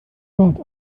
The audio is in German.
gott